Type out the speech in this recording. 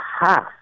half